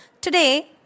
Today